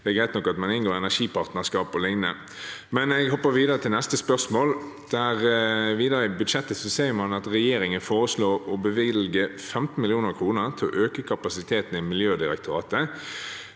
Det er greit nok at man inngår energipartnerskap o.l. Jeg hopper videre til neste spørsmål. Videre i budsjettet ser man at regjeringen foreslår å bevilge 15 mill. kr til å øke kapasiteten i Miljødirektoratet